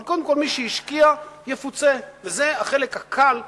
אבל קודם כול מי שהשקיע יפוצה, וזה החלק הקל בכך.